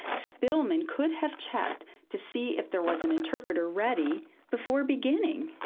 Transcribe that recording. spilman could have checked to see if there was an interpreter ready before beginning.